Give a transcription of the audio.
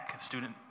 Student